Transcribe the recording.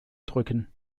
drücken